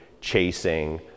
chasing